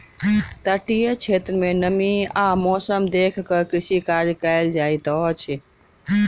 तटीय क्षेत्र में नमी आ मौसम देख के कृषि कार्य कयल जाइत अछि